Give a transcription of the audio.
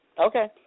Okay